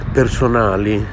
personali